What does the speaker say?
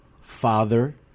Father